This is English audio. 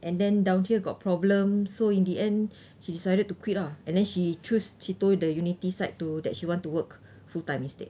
and then down here got problem so in the end she decided to quit lah and then she choose she told the unity side to that you want to work full time instead